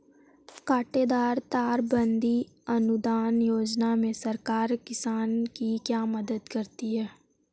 कांटेदार तार बंदी अनुदान योजना में सरकार किसान की क्या मदद करती है?